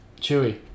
chewy